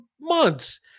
months